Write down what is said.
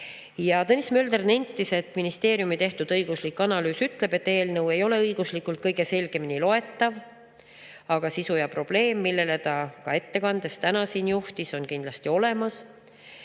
Tõnis Mölder nentis, et ministeeriumi tehtud õiguslik analüüs ütleb, et eelnõu ei ole õiguslikult kõige selgemini loetav, aga sisu ja probleem, millele ta ka ettekandes täna siin [tähelepanu] juhtis, on kindlasti olemas.